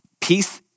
peace